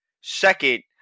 Second